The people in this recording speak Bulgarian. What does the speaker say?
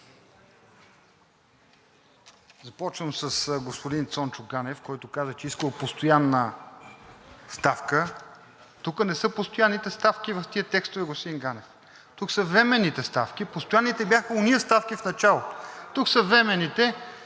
Започвам с господин Цончо Ганев, който каза, че искал постоянна ставка. Тук не са постоянните ставки в тези текстове, господин Ганев. Тук са временните ставки. Постоянните бяха онези ставки в началото. Тук са временните.